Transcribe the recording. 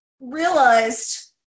realized